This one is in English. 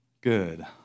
Good